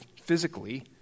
physically